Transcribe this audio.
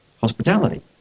hospitality